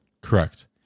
Correct